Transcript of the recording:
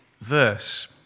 verse